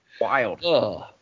Wild